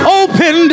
open